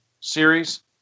series